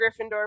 Gryffindor